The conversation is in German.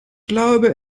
glaube